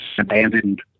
abandoned